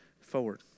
forward